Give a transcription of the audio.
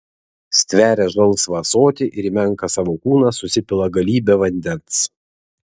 stveria žalsvą ąsotį ir į menką savo kūną susipila galybę vandens